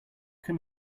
can